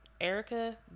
Erica